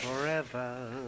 forever